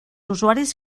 usuaris